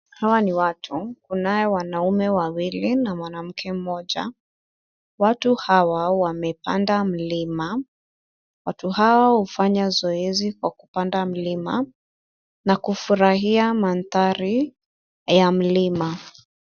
Hawa ni watu, kunao wanaume wawili na mwanamke mmoja, watu hawa wamepanda mlima. Watu hawa hufanya mazoezi kwa kupanda mlima na kufurahia mandhari ya mlima.